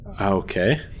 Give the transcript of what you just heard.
Okay